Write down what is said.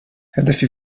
هدفي